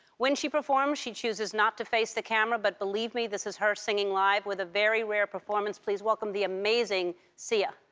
when she performs, she chooses not to face the camera, but believe me, this is her singing live. with a very rare performance, please welcome the amazing sia.